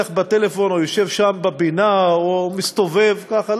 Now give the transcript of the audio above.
בטלפון או יושב שם בפינה או מסתובב ככה.